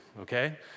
okay